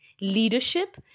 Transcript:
leadership